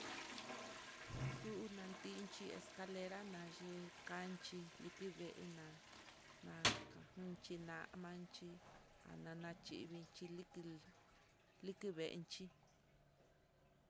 Xuu unantinchí escalera na yee kalikii nchi vee naa, nakajunchí na'a manchí ananaxhi vikilin liki veenchí.